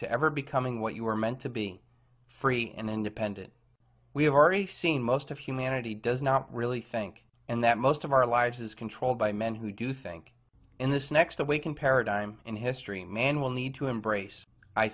to ever becoming what you were meant to be free and independent we have already seen most of humanity does not really think and that most of our lives is controlled by men who do think in this next awaken paradigm in history man will need to embrace i